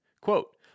Quote